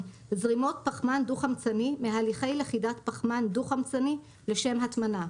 זרימות פחמן דו חמצני מהליכי לכידת פחמן דו חמצני לשם הטמנה,